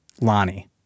Lonnie